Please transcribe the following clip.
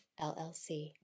LLC